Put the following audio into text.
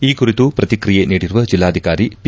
ಈ ಕುರಿತು ಪ್ರತಿಕ್ರಿಯೆ ನೀಡಿರುವ ಜಿಲ್ಲಾಧಿಕಾರಿ ಪಿ